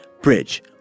bridge